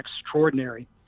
extraordinary